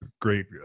great